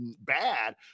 bad